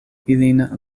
ilin